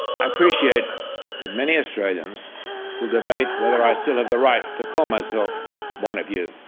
i appreciate that many australians will debate whether i still have the right to call myself one of you.